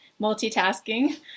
multitasking